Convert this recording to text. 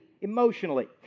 emotionally